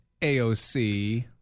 AOC